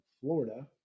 Florida